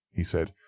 he said,